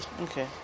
Okay